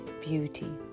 beauty